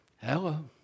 Hello